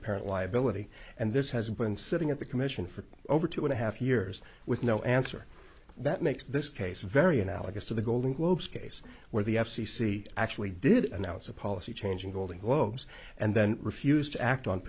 apparent liability and this has been sitting at the commission for over two and a half years with no answer that makes this case very analogous to the golden globes case where the f c c actually did announce a policy change in golden globes and then refused to act on